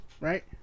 right